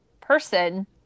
person